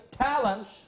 talents